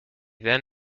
then